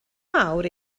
mawr